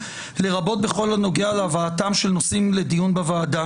לרבות בכל הנוגע להבאתם של נושאים לדיון בוועדה.